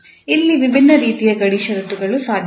ಇಲ್ಲಿ ವಿಭಿನ್ನ ರೀತಿಯ ಗಡಿ ಷರತ್ತುಗಳು ಸಾಧ್ಯವಿದೆ